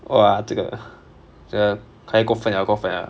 !wah! 这个这个太过份 liao 过份 liao